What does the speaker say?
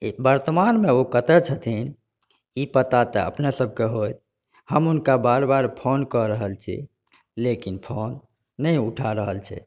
ई वर्तमानमे ओ कतऽ छथिन ई पता तऽ अपने सभके होयत हम हुनका बार बार फोन कऽ रहल छी लेकिन फोन नहि उठा रहल छथि